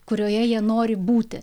kurioje jie nori būti